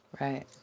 Right